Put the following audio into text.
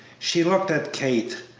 she looked at kate,